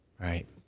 Right